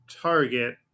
target